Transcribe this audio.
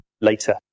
later